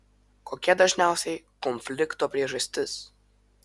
kokia dažniausiai konflikto priežastis